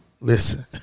Listen